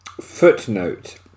footnote